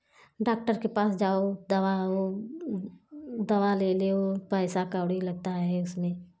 doctor के पास जाओ दवा लो दवा ले लेओ पैसा कौड़ी लगता है उसमें